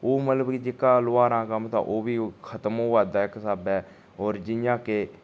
ओह् मतलब कि जेह्का लौहारां कम्म तां ओह् बी खत्म होआ दा इक स्हाबै होर जियां के